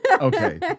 Okay